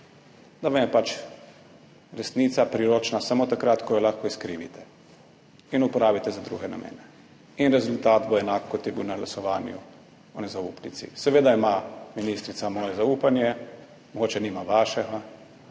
vam je resnica priročna samo takrat, ko jo lahko izkrivite in uporabite za druge namene. In rezultat bo enak, kot je bil na glasovanju o nezaupnici. Seveda ima ministrica moje zaupanje. Mogoče nima vašega.